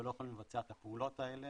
ולא יכולים לבצע את הפעולות האלה